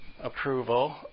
Approval